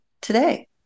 today